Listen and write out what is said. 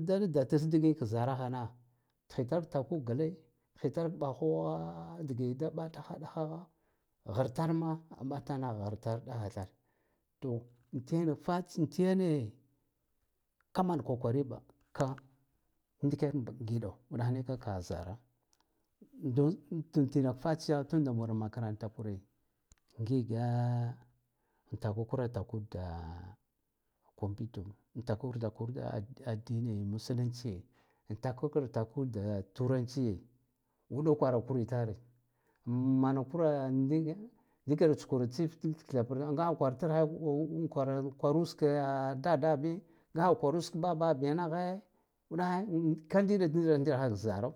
dadatras digin k zarahana tkhitar taku gle tkjitar tkhitar mɓaghogha dike da ɓata ɗaghagha ghartama matana ghartar ɗagha zar to tenak fatsiya tiyane kaman kokariba ka ndiken giɗo uɗakh nika ka zaro dan tinak fatsiya tunda war makaranta kura ngiga an takwa kuratakud da computer taka kura takud da addini musulunciye an taka kura takudda turanci ye uɗa kwakritare mankwa dikera tsukura tsiftsiya thaprte ngakur kura kwara kwar us ka a dadabi ngakha kura usk bababiya naghe uɗaghe ka ndida ndiɗatar ki zaro.